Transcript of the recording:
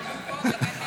שמונה דקות.